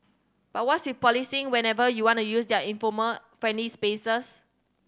but what's you policing whenever you want to use their informal friendly spaces